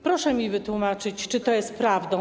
Proszę mi wytłumaczyć, czy to jest prawda.